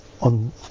on